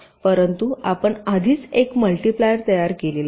परंतु आपण आधीच एक मल्टीप्लायर तयार केले आहे